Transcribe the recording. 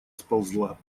сползла